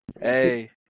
Hey